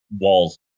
walls